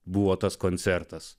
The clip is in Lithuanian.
buvo tas koncertas